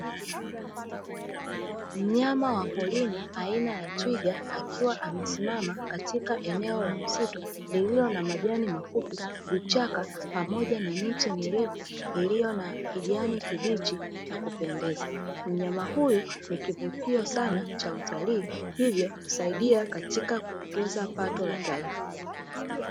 Mnyama wa porini aina ya twiga, akiwa amesimama katika eneo la msitu lililo na majani mafupi, vichaka pamoja na miti mirefu iliyo na kijani kibichi cha kupendeza. Mnyama huyu ni kivutio saana cha utalii, hivyo husaidia katika kuongeza pato la taifa.